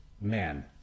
man